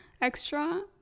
extra